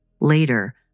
Later